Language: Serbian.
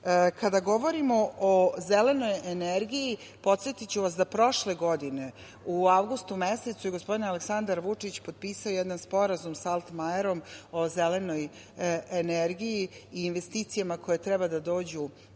9,8%.Kada govorimo o zelenoj energiji, podsetiću vas da je prošle godine u avgustu mesecu gospodin Aleksandar Vučić potpisao jedan Sporazum sa Altmajerom o zelenoj energiji i investicijama koje treba da dođu